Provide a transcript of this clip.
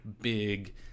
big